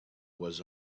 was